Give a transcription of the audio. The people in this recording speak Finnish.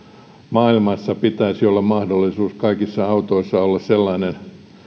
maailmassa pitäisi olla mahdollista että kaikissa autoissa olisi sellainen